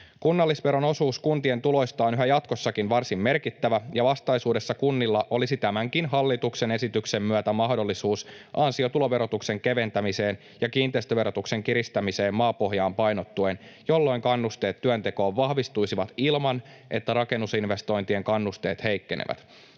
Kunnallisveron osuus kuntien tuloista on yhä jatkossakin varsin merkittävä, ja vastaisuudessa kunnilla olisi tämänkin hallituksen esityksen myötä mahdollisuus ansiotuloverotuksen keventämiseen ja kiinteistöverotuksen kiristämiseen maapohjaan painottuen, jolloin kannusteet työntekoon vahvistuisivat, ilman että rakennusinvestointien kannusteet heikkenevät.